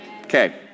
Okay